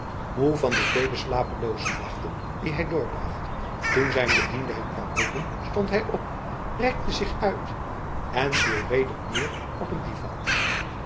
moe van de vele slapeloze nachten die hij doorbracht toen zijn bediende hem kwam roepen stond hij op rekte zich uit en viel weer neer op een divan